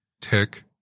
Tick